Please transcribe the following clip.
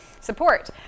support